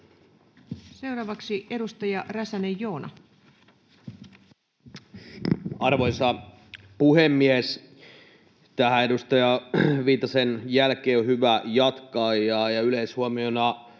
Seuraavaksi edustaja Räsänen, Joona. Arvoisa puhemies! Tässä edustaja Viitasen jälkeen on hyvä jatkaa. Yleishuomiona